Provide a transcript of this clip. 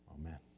Amen